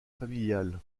familial